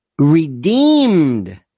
redeemed